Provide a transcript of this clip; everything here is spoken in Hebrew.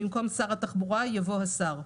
במקום "שר התחבורה" יבוא "השר".